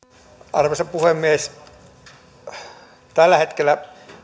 arvoisa puhemies tällä hetkellä